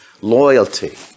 Loyalty